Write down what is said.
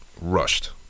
rushed